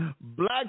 black